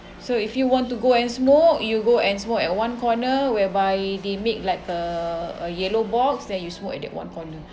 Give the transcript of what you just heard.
so if you want to go and smoke you go and smoke at one corner whereby they make like a a yellow box then you smoke at that one corner